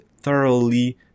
thoroughly